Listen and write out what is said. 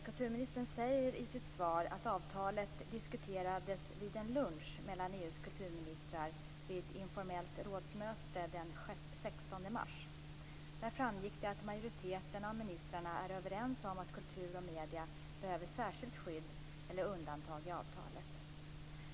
Kulturministern säger i sitt svar att avtalet diskuterades vid en lunch mellan EU:s kulturministrar vid ett informellt rådsmöte den 16 mars. Där framgick det att majoriteten av ministrarna är överens om att kultur och medier behöver särskilt skydd eller undantag i avtalet.